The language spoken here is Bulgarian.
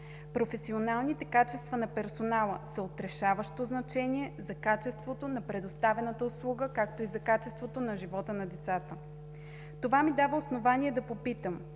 Професионалните качества на персонала са от решаващо значение за качеството на предоставената услуга, както и за качеството на живота на децата. Това ми дава основание да попитам: